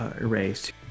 erased